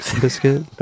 biscuit